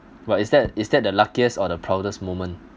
!wah! is that is that the luckiest or the proudest moment